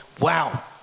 wow